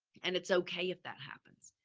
and it's okay if that happens.